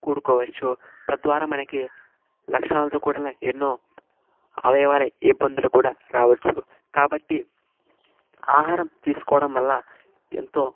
కూడుకోవచ్చు తద్వారా మనకి లక్షణాలతో కూడిన ఎన్నో అవయవాల ఇబ్బందులు కూడా రావచ్చు కాబట్టి ఆహారం తీసుకోవడం వల్ల ఎంతో